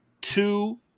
two